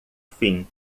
fim